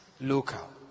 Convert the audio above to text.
local